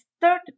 third